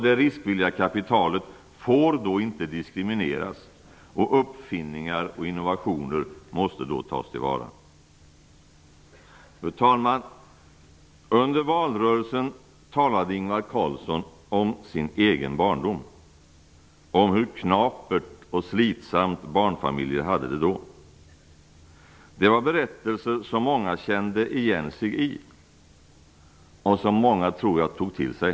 Det riskvilliga kapitalet får inte diskrimineras, och uppfinningar och innovationer måste tas till vara. Fru talman! Under valrörelsen talade Ingvar Carlsson om sin egen barndom och om hur knapert och slitsamt barnfamiljer hade det då. Det var berättelser som många kände igen sig i och som många, tror jag, tog till sig.